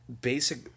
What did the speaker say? basic